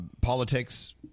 politics